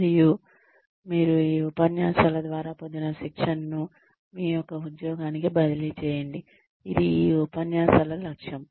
మరియు మీరు ఈ ఉపన్యాసాల ద్వారా పొందిన శిక్షణను మీ యొక్క ఉద్యోగానికి బదిలీ చేయండి ఇది ఈ ఉపన్యాసాల లక్ష్యం